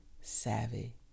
savvy